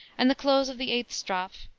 and the close of the eighth strophe,